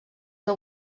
que